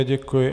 Děkuji.